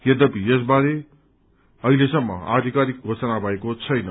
यद्यपि यस बारेमा अहिलेसम्म आधिकारिक घोषणा भएको छैन